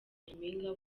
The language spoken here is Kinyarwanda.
nyampinga